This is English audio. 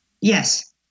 Yes